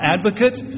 Advocate